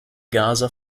gaza